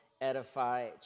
edify